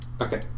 Okay